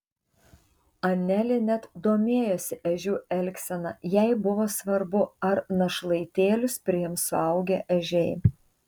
anelė net domėjosi ežių elgsena jai buvo svarbu ar našlaitėlius priims suaugę ežiai